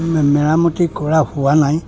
মেৰামতি কৰা হোৱা নাই